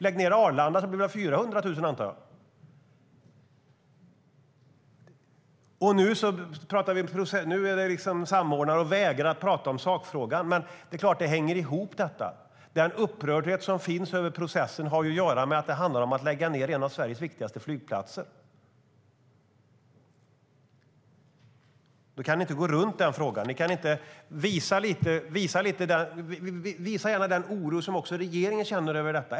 Lägg ned Arlanda så blir det 400 000 jobb, antar jag. Nu talas det om samordnare, och man vägrar tala om sakfrågan. Men det är klart att detta hänger ihop. Den upprördhet som finns över processen har att göra med att det handlar om att lägga ned en av Sveriges viktigaste flygplatser. Då kan ni inte gå runt den frågan. Visa gärna den oro som också regeringen känner över detta.